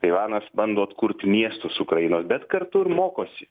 taivanas bando atkurti miestus ukrainos bet kartu ir mokosi